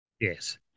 Yes